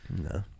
No